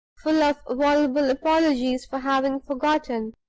full of voluble apologies for having forgotten,